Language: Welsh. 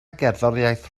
gerddoriaeth